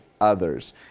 others